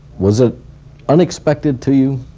was it unexpected to you?